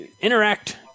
interact